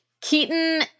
Keaton